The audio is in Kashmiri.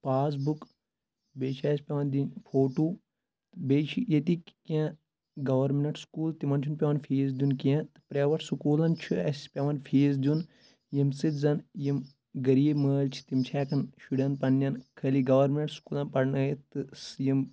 پاس بُک بیٚیہِ چھِ اَسہِ پؠوان دِنۍ فوٹو بیٚیہِ چھِ ییٚتِکۍ کینٛہہ گَوَرمِنَٹ سکوٗل تِمَن چھُ نہٕ پؠوان فیٖس دِیُن کینٛہہ تہٕ پرٛیٚویٚٹ سکوٗلَن چھُ اَسہِ پؠوان فیٖس دیُن ییٚمہِ سۭتۍ زَن یِم غریٖب مٲلۍ چھِ تِم چھِ ہؠکَان شُرؠن پَنٕنؠن خٲلی گَوَرمنَٹ سکوٗلَن پَرنٲیِتھ تہٕ یِم